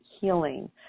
healing